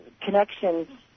connections